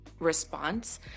Response